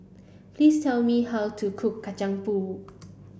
please tell me how to cook Kacang Pool